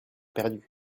perdus